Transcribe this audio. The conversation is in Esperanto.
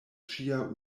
ŝia